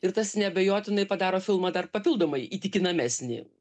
ir tas neabejotinai padaro filmą dar papildomai įtikinamesnį